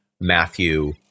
Matthew